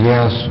Yes